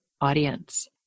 audience